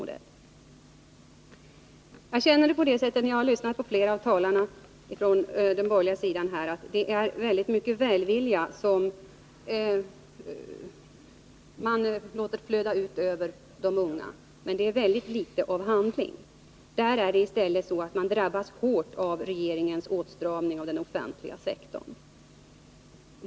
När jag har lyssnat på flera av talarna från den borgerliga sidan har jag gjort den reflexionen att de låter mycken välvilja flöda över de unga men det saknas i stor utsträckning handling. I stället drabbas de unga hårt av regeringens åtstramning av den offentliga sektorn.